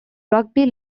rugby